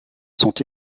sont